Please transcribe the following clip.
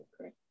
Okay